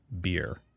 beer